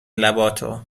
لباتو